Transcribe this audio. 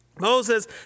Moses